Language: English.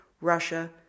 Russia